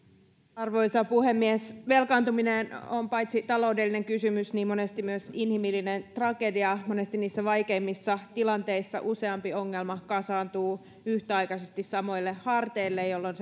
arvoisa puhemies velkaantuminen on paitsi taloudellinen kysymys monesti myös inhimillinen tragedia monesti kaikkein vaikeimmissa tilanteissa useampi ongelma kasaantuu yhtäaikaisesti samoille harteille jolloin